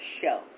Show